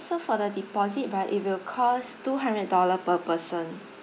so for the deposit right it will cost two hundred dollar per person